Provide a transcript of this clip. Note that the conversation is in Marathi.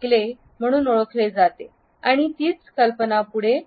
क्ले म्हणून ओळखले जाते आणि तीच कल्पना पुढे आणली